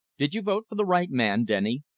did you vote for the right man, denny?